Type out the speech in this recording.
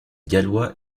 gallois